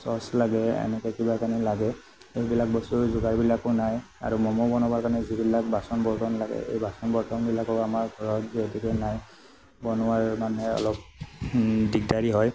sauce লাগে এনেকে কিবাকানি লাগে সেইবিলাক বস্তু যোগাৰবিলাকো নাই আৰু ম'ম বনাবৰ কাৰণে যিবিলাক বাচন বৰ্তন লাগে এই বাচন বৰ্তনবিলাকো আমাৰ ঘৰত যিহেতুকে নাই বনোৱাৰ মানে অলপ দিগদাৰী হয়